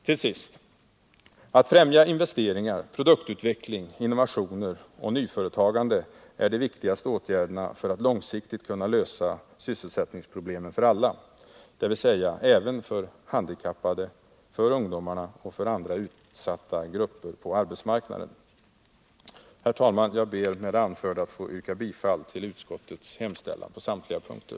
Till sist: Att främja investeringar, produktutveckling, innovationer och nyföretagande är de viktigaste åtgärderna för att långsiktigt kunna lösa sysselsättningsproblemen för alla, dvs. även för de handikappade, för ungdomarna och för andra utsatta grupper på arbetsmarknaden. Herr talman! Jag ber att med det anförda få yrka bifall till utskottets hemställan på samtliga punkter.